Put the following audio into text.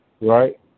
right